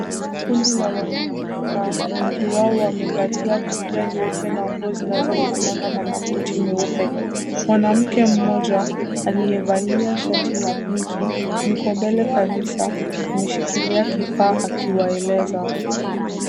Kundi la wanaume kadhaa wengi wao wamevalia kofia nyeupe na nguo zinazofanana na makoti meupe. Mwanamke mmoja aliyevalia shati la pinki, yuko mbele kabisa ameshikilia kifaa akiwaeleza.